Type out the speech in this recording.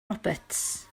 roberts